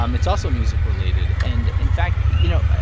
um it's also music related. and, in fact, you know,